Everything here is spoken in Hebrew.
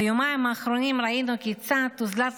ביומיים האחרונים ראינו כיצד אוזלת